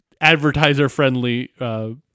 advertiser-friendly